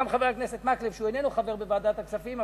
גם חבר הכנסת מקלב שהוא איננו חבר בוועדת הכספים,